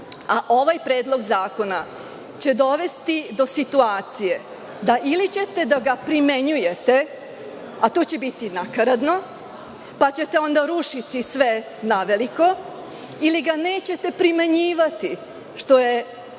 predlog zakona će dovesti do situacije da, ili ćete da ga primenjujete, a to će biti nakaradno, pa ćete onda rušiti sve naveliko, ili ga nećete primenjivati, što je po